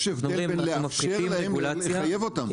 יש הבדל בין לאפשר להם לבין לחייב אותם.